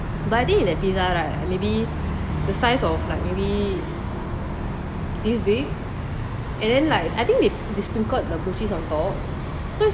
but I think in the pizza right maybe the size of maybe this big and then like I think they sprinkled the blue cheese on top so it's like